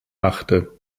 machte